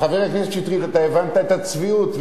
חבר הכנסת שטרית, אתה הבנת את הצביעות?